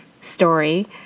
story